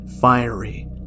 fiery